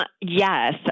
yes